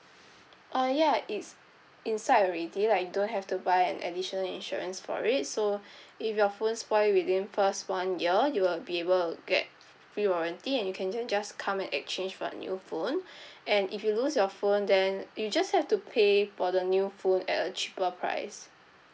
uh ya it's inside already like you don't have to buy an additional insurance for it so if your phone spoil within first one year you will be able to get free warranty and you can then just come and exchange for a new phone and if you lose your phone then you just have to pay for the new phone at a cheaper price